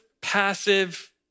passive